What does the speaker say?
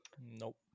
Nope